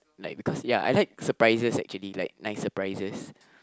like because ya I like surprises actually like nice surprises